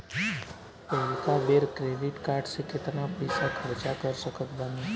पहिलका बेर credit card से केतना पईसा खर्चा कर सकत बानी?